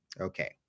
Okay